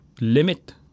limit